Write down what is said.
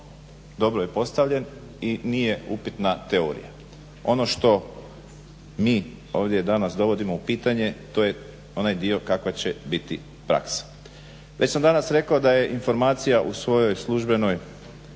dobro je postavljen i nije upitna teorija. Ono što mi ovdje danas dovodimo u pitanje to je onaj dio kakva će biti praksa. Već sam danas rekao da je informacija u svojoj službenoj